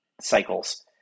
cycles